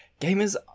gamers